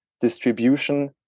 distribution